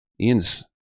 Ian's